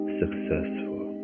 successful